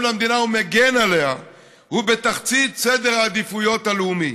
למדינה ומגן עליה הוא בתחתית סדר העדיפויות הלאומי.